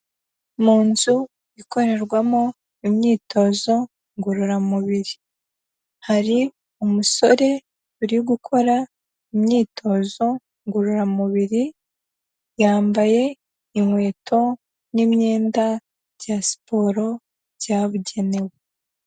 Mu nzu ikorerwamo imyitozo ngororamubiri, hari umusore uri gukora imyitozo ngororamubiri, yambaye inkweto n'imyenda bya siporo byabugenewe.